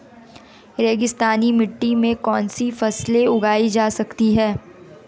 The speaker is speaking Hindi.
रेगिस्तानी मिट्टी में कौनसी फसलें उगाई जा सकती हैं?